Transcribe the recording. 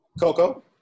Coco